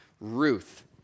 Ruth